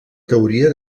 teoria